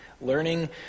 Learning